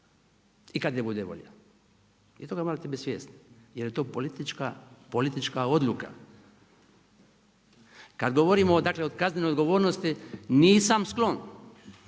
i kad je bude volja i toga morate biti svjesni jel je to politička odluka. Kada govorimo o kaznenoj odgovornosti nisam sklon